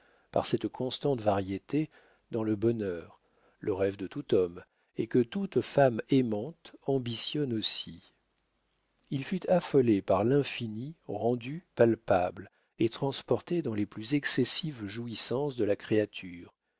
par cette constante variété dans le bonheur le rêve de tout homme et que toute femme aimante ambitionne aussi il fut affolé par l'infini rendu palpable et transporté dans les plus excessives jouissances de la créature